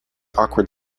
awkward